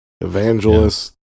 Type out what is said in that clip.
evangelist